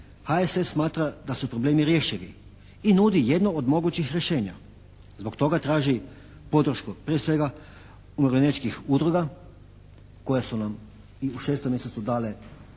HSS smatra da su problemi rješivi i nudi jedno od mogućih rješenja. Zbog toga traži podršku prije svega umirovljeničkih udruga koje su nam i u 6. mjesecu dale i